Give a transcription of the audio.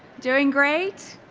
doing great.